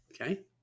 Okay